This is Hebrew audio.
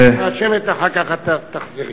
את יכולה לשבת ואחר כך את תחזרי.